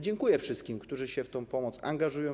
Dziękuję wszystkim, którzy się w tę pomoc angażują.